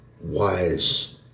wise